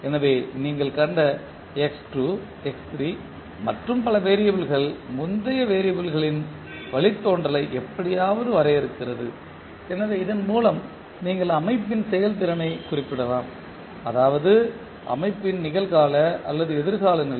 எனவே நீங்கள் கண்ட x2 x3 மற்றும் பல வேறியபிள்கள் முந்தைய வேறியபிள் யின் வழித்தோன்றலை எப்படியாவது வரையறுக்கிறது எனவே இதன் மூலம் நீங்கள் அமைப்பின் செயல்திறனைக் குறிப்பிடலாம் அதாவது அமைப்பின் நிகழ்கால அல்லது எதிர்கால நிலை